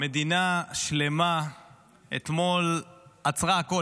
מדינה שלמה אתמול עצרה הכול,